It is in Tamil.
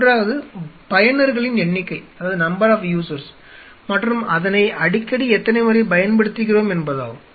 மூன்றாவது பயனர்களின் எண்ணிக்கை மற்றும் அதனை அடிக்கடி எத்தனைமுறை பயன்படுத்துகிறோம் என்பதாகும்